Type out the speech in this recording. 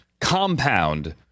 compound